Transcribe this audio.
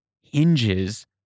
hinges